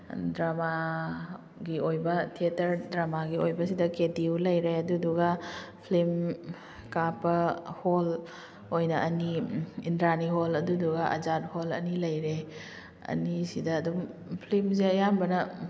ꯗ꯭ꯔꯃꯥꯒꯤ ꯑꯣꯏꯕ ꯊꯤꯌꯦꯇꯔ ꯗ꯭ꯔꯃꯥꯒꯤ ꯑꯣꯏꯕ ꯁꯤꯗ ꯀꯦ ꯇꯤ ꯌꯨ ꯂꯩꯔꯦ ꯑꯗꯨꯗꯨꯒ ꯐꯜꯤꯃ ꯀꯥꯞꯄ ꯍꯣꯜ ꯑꯣꯏꯅ ꯑꯅꯤ ꯏꯟꯗ꯭ꯔꯥꯅꯤ ꯍꯣꯜ ꯑꯗꯨꯗꯨꯒ ꯑꯖꯥꯠ ꯍꯣꯜ ꯑꯅꯤ ꯂꯩꯔꯦ ꯑꯅꯤꯁꯤꯗ ꯑꯗꯨꯝ ꯐꯜꯤꯃꯡꯁꯦ ꯑꯌꯥꯝꯕꯅ